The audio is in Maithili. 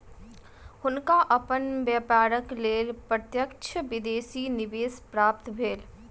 हुनका अपन व्यापारक लेल प्रत्यक्ष विदेशी निवेश प्राप्त भेल